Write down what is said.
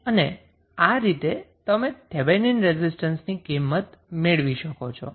અને આ રીતે તમે થેવેનિન રેઝિસ્ટન્સની કિંમત મેળવી શકો છો